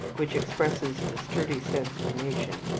which expresses the sturdy sense of a nation,